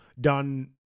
done